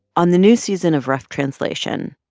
on the new season of rough translation.